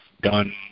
done